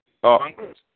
Congress